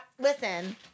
Listen